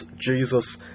Jesus